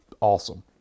awesome